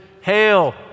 Hail